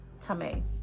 Tame